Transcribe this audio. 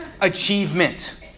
achievement